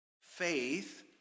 Faith